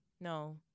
no